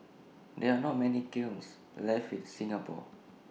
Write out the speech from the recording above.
there are not many kilns left in Singapore